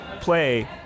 play